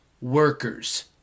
workers